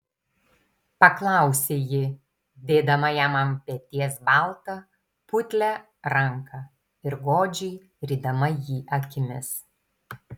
paklausė ji dėdama jam ant peties baltą putlią ranką ir godžiai rydama jį akimis